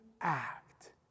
act